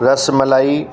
rasmalai